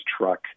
truck